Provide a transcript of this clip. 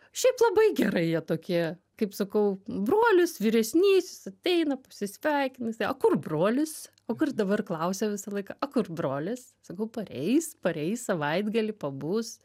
šiaip labai gerai jie tokie kaip sakau brolis vyresnysis ateina pasisveikina jisai o kur brolis o kur dabar klausia visą laiką o kur brolis sakau pareis pareis savaitgalį pabus